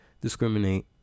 discriminate